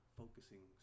focusing